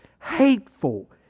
hateful